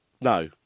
No